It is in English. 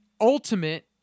ultimate